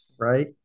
Right